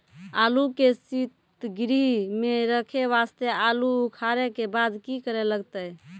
आलू के सीतगृह मे रखे वास्ते आलू उखारे के बाद की करे लगतै?